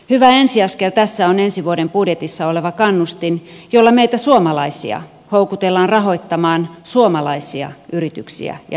hyvä ensiaskel tässä on ensi vuoden budjetissa oleva kannustin jolla meitä suomalaisia houkutellaan rahoittamaan suomalaisia yrityksiä ja yrittäjiä